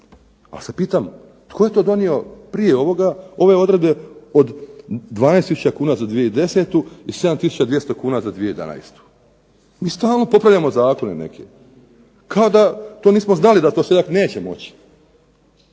Ali se pitam tko je to donio prije ovoga, ove odredbe od 12000 kn za 2010. i 7200 kn za 2011. Mi stalno popravljamo zakone neke! Kao da to nismo znali da to seljak neće moći,